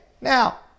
now